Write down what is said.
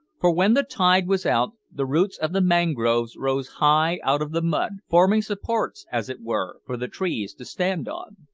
for, when the tide was out, the roots of the mangroves rose high out of the mud, forming supports, as it were, for the trees to stand on.